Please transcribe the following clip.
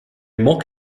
mocked